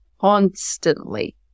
constantly